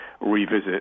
revisit